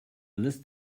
list